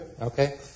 Okay